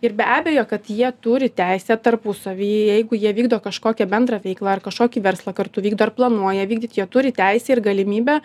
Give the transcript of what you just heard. ir be abejo kad jie turi teisę tarpusavy jeigu jie vykdo kažkokią bendrą veiklą ar kažkokį verslą kartu vykdo ar planuoja vykdyt jie turi teisę ir galimybę